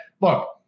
look